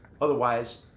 Otherwise